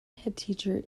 headteacher